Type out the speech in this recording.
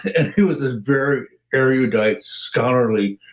and he was a very erudite, scholarly,